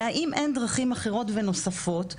והאם אין דרכים אחרות ונוספות,